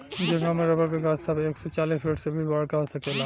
जंगल में रबर के गाछ सब एक सौ चालीस फिट से भी बड़का हो सकेला